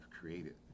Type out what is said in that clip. created